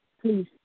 Please